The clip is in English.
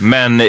Men